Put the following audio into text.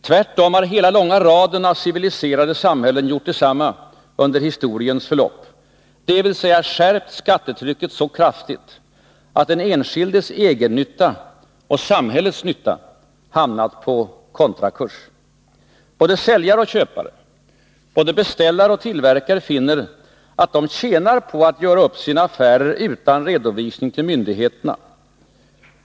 Tvärtom har hela långa raden av civiliserade samhällen gjort detsamma under historiens förlopp, dvs. skärpt skattetrycket så kraftigt att den enskildes egennytta och samhällets nytta hamnat på kontrakurs. Både säljare och köpare, både beställare och tillverkare finner att de tjänar på att göra upp sina affärer utan redovisning till myndigheterna.